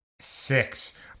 Six